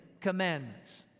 Commandments